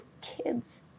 kids